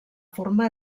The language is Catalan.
forma